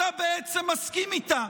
אתה בעצם מסכים איתה.